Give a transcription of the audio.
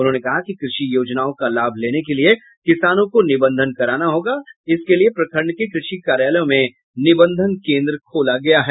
उन्होंने कहा कि कृषि योजनाओं का लाभ लेने के लिये किसानों को निबंधन कराना होगा इसके लिये प्रखण्ड के कृषि कार्यालयों में निबंधन केंद्र खोला गया है